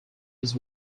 his